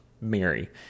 Mary